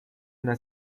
una